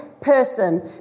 person